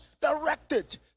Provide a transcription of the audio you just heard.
directed